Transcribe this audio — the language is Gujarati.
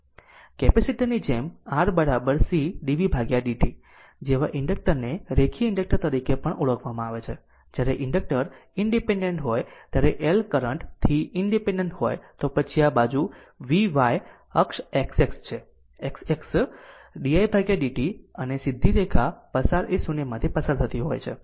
કેપેસિટર ની જેમ R C dvdt જેવા ઇન્ડક્ટર ને રેખીય ઇન્ડક્ટર તરીકે પણ ઓળખવામાં આવે છે જ્યારે ઇન્ડક્ટર ઇનડીપેનડેન્ટ હોય ત્યારે L કરંટ થી ઇનડીપેનડેન્ટ હોય તો પછી આ બાજુ v y અક્ષ x x છે x axis didt અને સીધી રેખા પસાર એ શૂન્ય માંથી પસાર થતી હોય છે